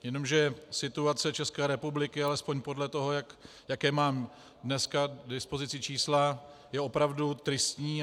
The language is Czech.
Jenomže situace České republiky, alespoň podle toho, jaká mám dnes k dispozici čísla, je opravdu tristní.